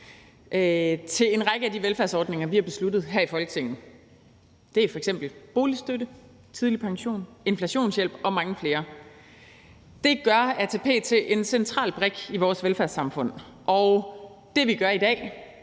til en række af de velfærdsordninger, vi har besluttet her i Folketinget. Det er f.eks. boligstøtte, tidlig pension, inflationshjælp og mange flere. Det gør ATP til en central brik i vores velfærdssamfund. Og det, vi gør i dag,